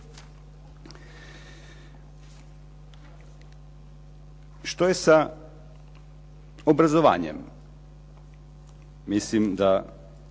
Što je sa obrazovanjem? Mislim da